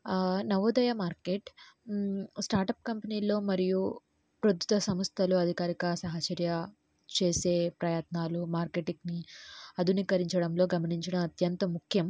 Navodaya market startup కంపెనీలో మరియు ప్రస్తుత సంస్థలు అధికారిక సహచర్య చేసే ప్రయత్నాలు మార్కెటిక్ని అధునీకరించడంలో గమనించడం అత్యంత ముఖ్యం